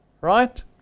right